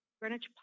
Greenwich